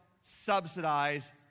subsidize